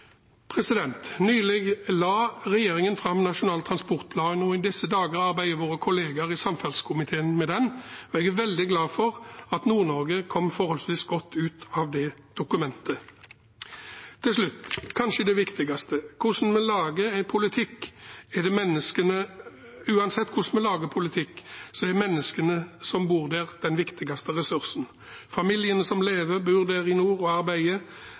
Nylig la regjeringen fram Nasjonal transportplan, og i disse dager arbeider våre kollegaer i samferdselskomiteen med den. Jeg er veldig glad for at Nord-Norge kom forholdsvis godt ut av det dokumentet. Til slutt kanskje det viktigste: Uansett hvordan vi lager politikk, er menneskene som bor der den viktigste ressursen. Familiene som lever, bor og arbeider i nord, er den viktigste bestanddelen i næringsutviklingen, i den bærekraftige klimapolitikken og